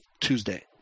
Tuesday